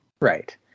right